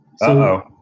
Uh-oh